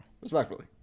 Respectfully